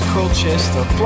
Colchester